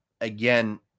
again